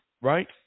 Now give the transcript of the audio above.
Right